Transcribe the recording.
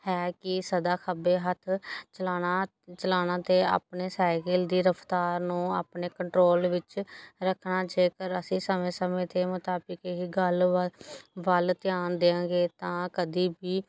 ਹੈ ਕਿ ਸਦਾ ਖੱਬੇ ਹੱਥ ਚਲਾਉਣਾ ਚਲਾਉਣਾ ਅਤੇ ਆਪਣੇ ਸਾਈਕਲ ਦੀ ਰਫ਼ਤਾਰ ਨੂੰ ਆਪਣੇ ਕੰਟਰੋਲ ਵਿੱਚ ਰੱਖਣਾ ਜੇਕਰ ਅਸੀ ਸਮੇਂ ਸਮੇਂ ਦੇ ਮੁਤਾਬਿਕ ਇਹ ਗੱਲ ਵੱਲ ਧਿਆਨ ਦਿਆਂਗੇ ਤਾਂ ਕਦੇ ਵੀ